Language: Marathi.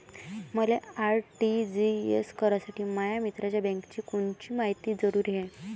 मले आर.टी.जी.एस करासाठी माया मित्राच्या बँकेची कोनची मायती जरुरी हाय?